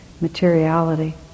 materiality